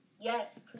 Yes